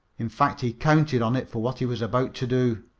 in fact, he counted on it for what he was about to do.